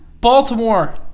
Baltimore